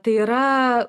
tai yra